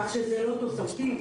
כך שזה לא תוספתי.